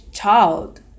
Child